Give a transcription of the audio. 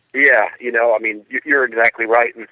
yeah, you know, i mean you are exactly right.